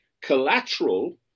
collateral